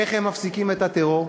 איך הם מפסיקים את הטרור?